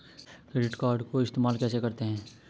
Credit card को इस्तेमाल कैसे करते हैं?